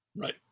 Right